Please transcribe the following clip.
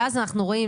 ואז אנחנו רואים,